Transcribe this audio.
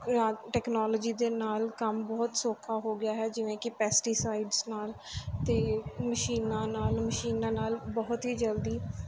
technology ਦੇ ਨਾਲ ਕੰਮ ਬਹੁਤ ਸੌਖਾ ਹੋ ਗਿਆ ਹੈ ਜਿਵੇਂ ਕਿ ਪੈਸਟੀਸਾਈਡਸ ਨਾਲ ਅਤੇ ਮਸ਼ੀਨਾਂ ਨਾਲ ਮਸ਼ੀਨਾਂ ਨਾਲ ਬਹੁਤ ਹੀ ਜਲਦੀ